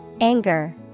Anger